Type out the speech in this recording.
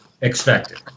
expected